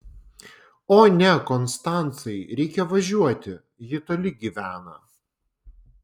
o ne konstancai reikia važiuoti ji toli gyvena